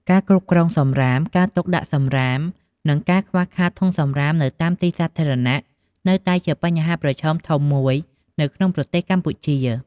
ការគ្រប់គ្រងសំរាម ការទុកដាក់សំរាម និងការខ្វះខាតធុងសំរាមនៅតាមទីសាធារណៈនៅតែជាបញ្ហាប្រឈមធំមួយនៅក្នុងប្រទេសកម្ពុជា។